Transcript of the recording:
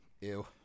ew